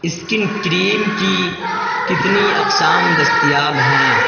skin cream کی کتنی اقسام دستیاب ہیں